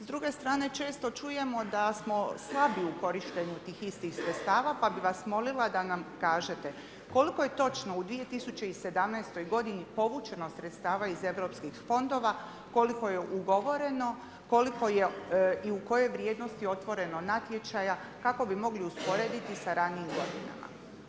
S druge strane često čujemo da smo slabiji u korištenju tih istih sredstava pa bih vas molila da nam kažete koliko je točno u 2017. godini povućeno sredstava iz europskih fondova, koliko je ugovoreno, koliko je i u kojoj vrijednosti otvoreno natječaja kako bi mogli usporediti sa ranijim godinama.